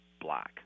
black